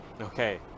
Okay